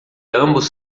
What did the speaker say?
ambos